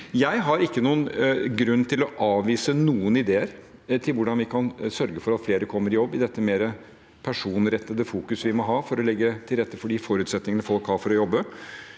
Jeg har ikke noen grunn til å avvise noen ideer om hvordan vi kan sørge for at flere kommer i jobb i dette mer personrettede fokuset vi må ha for å legge til rette for de forutsetningene folk har for å jobbe.